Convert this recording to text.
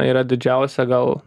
yra didžiausia gal